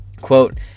quote